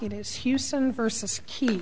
it is houston versus ke